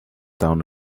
down